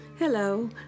Hello